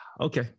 okay